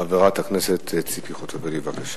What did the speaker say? חברת הכנסת ציפי חוטובלי, בבקשה.